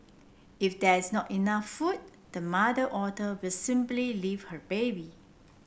if there is not enough food the mother otter will simply leave her baby